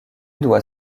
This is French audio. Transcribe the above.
doit